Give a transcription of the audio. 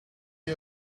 you